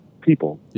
people